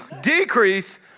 decrease